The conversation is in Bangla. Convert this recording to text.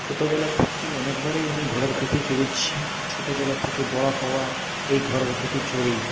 ছোটোবেলা থেকে অনেকবারই আমি ঘোড়ার পিঠে চড়েছি ছোটোবেলা থেকে বড়ো হওয়া এই ঘোড়ার পিঠে চড়েই